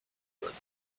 worth